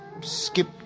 skip